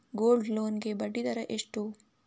Gold loan ಗೆ ಬಡ್ಡಿ ದರ ಎಷ್ಟು?